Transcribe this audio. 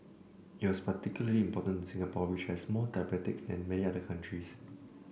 it is particularly important to Singapore which has more diabetics than many other countries